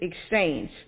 exchange